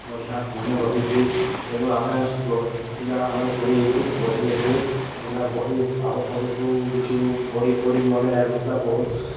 ବଢ଼ିଆ ମନେ ରହୁଚେ ତେଣୁ ଆମେ ବହୁତ ପିଲା ଆମେ ଗୁଡ଼ିନୁ ପଢ଼ି ଯାଇସୁଁ ଯେନ୍ତା ବହି ଆଗ ପଢ଼ୁଛୁ କିଛିୁ ପଢ଼ି ପଢ଼ି ମନେରେ ରହୁଥିଲା ବହୁତ